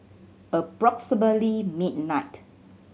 approximately midnight